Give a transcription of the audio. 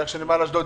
שנמל אשדוד,